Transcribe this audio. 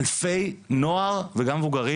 ייאוש גדול בין בני נוער ושמענו מהם עוד הרבה,